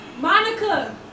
Monica